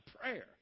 prayer